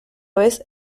vez